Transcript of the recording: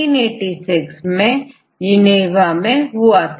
यह SWISS PROT का निर्माण1986 में जिनेवा मैंहुआ था